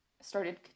started